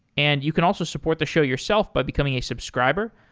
and you can also support the show yourself by becoming a subscriber.